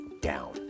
down